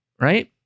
right